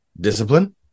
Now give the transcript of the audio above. discipline